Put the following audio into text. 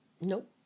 Nope